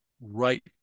right